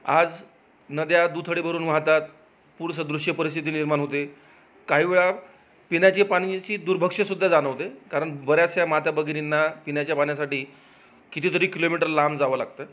आज नद्या दुथडी भरून वाहतात पुर सदृश्य परिस्थिती निर्माण होते काही वेळा पिण्याची पाण्याचीची दुर्भक्षसुद्धा जाणंवते कारण बऱ्याचश्या माता भगिनींना पिण्याच्या पाण्या्साठी कितीतरी किलोमीटर लांब जावं लागतं